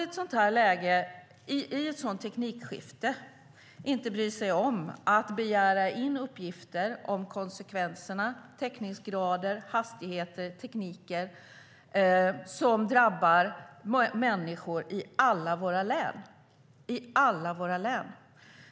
I ett sådant teknikskifte bryr man sig inte om att begära in uppgifter om konsekvenserna, täckningsgrader, hastigheter och tekniker som drabbar människor i alla våra län.